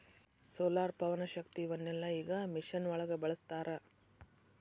solar, ಪವನಶಕ್ತಿ ಇವನ್ನೆಲ್ಲಾ ಈಗ ಮಿಷನ್ ಒಳಗ ಬಳಸತಾರ